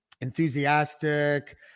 enthusiastic